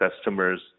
customers